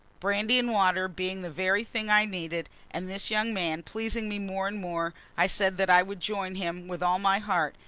brandy-and-water being the very thing i needed, and this young man pleasing me more and more, i said that i would join him with all my heart,